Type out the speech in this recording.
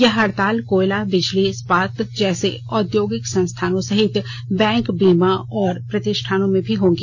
यह हड़ताल कोयला बिजली इस्पात जैसे औद्योगिक संस्थानों सहित बैंक बीमा जैसे प्रतिष्ठानों में भी रहेगी